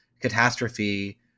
catastrophe